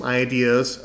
ideas